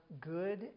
good